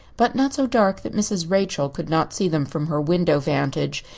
but not so dark that mrs. rachel could not see them from her window vantage,